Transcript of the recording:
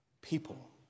people